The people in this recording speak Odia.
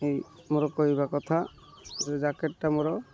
ଏଇ ମୋର କହିବା କଥା ସେ ଜ୍ୟାକେଟ୍ଟା ମୋର